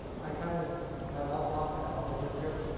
i kind of i love boston, i've always lived here,